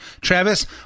Travis